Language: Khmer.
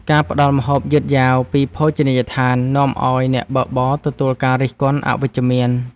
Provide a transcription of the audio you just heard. ការផ្ដល់ម្ហូបយឺតយ៉ាវពីភោជនីយដ្ឋាន នាំឱ្យអ្នកបើកបរទទួលការរិះគន់អវិជ្ជមាន។